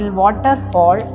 waterfall